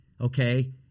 okay